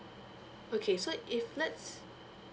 okay so if let's